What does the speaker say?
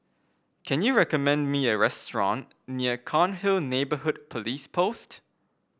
can you recommend me a restaurant near Cairnhill Neighbourhood Police Post